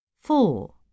four